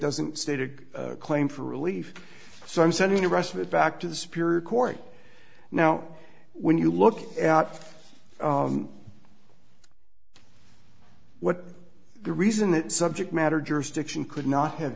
doesn't state a claim for relief so i'm sending the rest of it back to the spirit court now when you look out what the reason that subject matter jurisdiction could not have